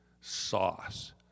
sauce